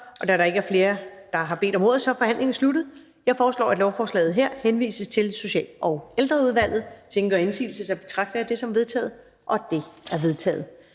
Da der ikke er flere, der har bedt om ordet, er forhandlingen sluttet. Jeg foreslår, at lovforslaget henvises til Social- og Ældreudvalget. Hvis ingen gør indsigelse, betragter jeg det som vedtaget. Det er vedtaget.